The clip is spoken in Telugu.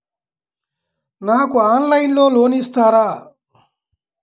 నాకు ఆన్లైన్లో లోన్ ఇస్తారా?